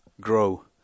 grow